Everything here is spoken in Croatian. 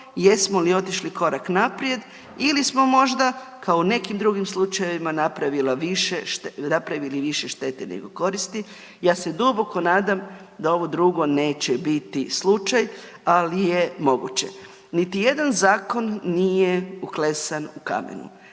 jesmo li otišli korak naprijed ili smo možda kao u nekim drugim slučajevima napravili više štete nego koristi. Ja se duboko nadam da ovo drugo neće biti slučaj, ali je moguće. Niti jedan zakon nije uklesan u kamenu.